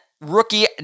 rookie